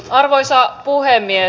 arvoisa puhemies